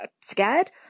scared